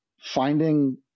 Finding